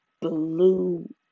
blue